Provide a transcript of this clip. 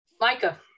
Micah